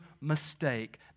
mistake